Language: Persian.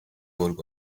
گرگ